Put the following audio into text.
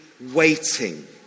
waiting